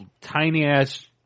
tiny-ass